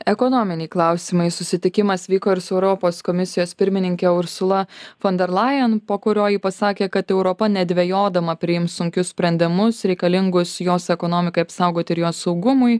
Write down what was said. ekonominiai klausimai susitikimas vyko ir su europos komisijos pirmininke ursula fon derlajen po kurio ji pasakė kad europa nedvejodama priims sunkius sprendimus reikalingus jos ekonomikai apsaugoti ir jos saugumui